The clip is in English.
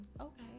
Okay